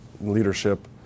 leadership